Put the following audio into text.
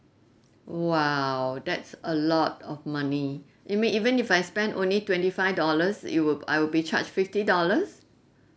!wow! that's a lot of money you mean even if I spend only twenty five dollars it will I will be charged fifty dollars